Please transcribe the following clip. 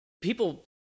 People